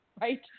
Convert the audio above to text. right